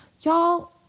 Y'all